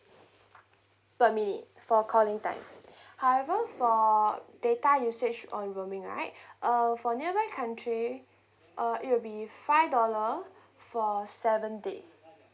per minute for calling time however for data usage on roaming right err for nearby country uh it will be five dollar for seven days